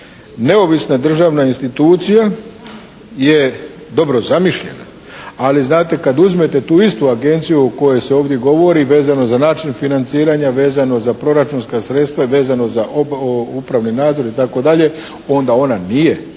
neovisna državna institucija je dobro zamišljena, ali znate kad uzmete tu istu agenciju o kojoj se ovdje govori i vezano za način financiranja, vezano za proračunska sredstva i vezano za upravni nadzor itd. onda ona nije